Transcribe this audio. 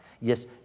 Yes